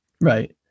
Right